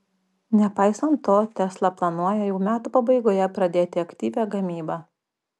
nepaisant to tesla planuoja jau metų pabaigoje pradėti aktyvią gamybą